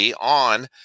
on